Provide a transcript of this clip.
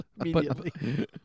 immediately